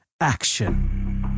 action